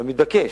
והמתבקש,